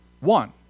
one